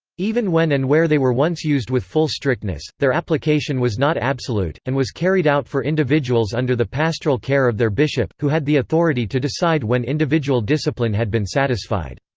even when and where they were once used with full strictness, their application was not absolute, and was carried out for individuals under the pastoral care of their bishop, who had the authority to decide when individual discipline had been satisfied.